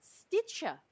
Stitcher